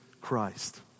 Christ